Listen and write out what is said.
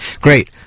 Great